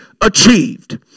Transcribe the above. achieved